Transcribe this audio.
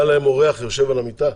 בא אליהם אורח, יושב על המיטה?